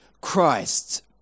Christ